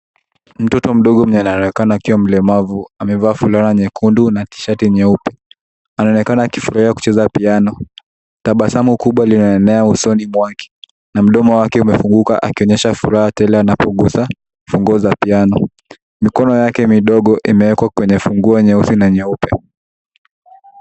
Mtoto mdogo mwenye anaonekana akiwa mlemavu, amevaa fulana nyekundu na tishati nyeupe. Anaonekana akifurahia kucheza piano. Tabasamu kubwa linaenea usoni mwake, na mdomo wake umefunguka akionyesha furaha tele anapogusa funguo za piano. Mikono yake midogo imeekwa kwenye funguo nyeusi na nyeupe.